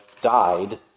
died